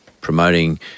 promoting